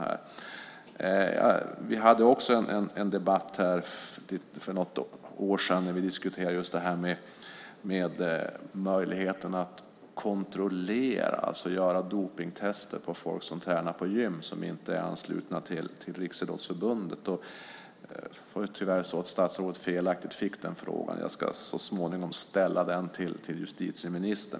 För något år sedan hade vi en debatt då vi diskuterade möjligheten att kontrollera, att göra dopningstest på dem som tränar på de gym som inte är anslutna till Riksidrottsförbundet. Tyvärr riktades frågan felaktigt till statsrådet. Jag ska så småningom ställa frågan till justitieministern.